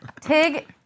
Tig